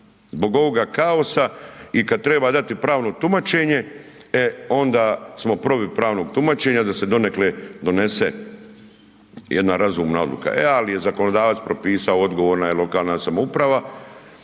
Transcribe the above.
Zbog ovoga kaosa i kad treba dati pravno tumačenje, e onda smo protiv pravnog tumačenja da se donekle donese jedna razumna odluka. E, ali je zakonodavac propisao odgovorna je lokalna samouprava.